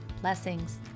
Blessings